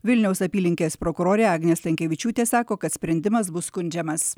vilniaus apylinkės prokurorė agnė stankevičiūtė sako kad sprendimas bus skundžiamas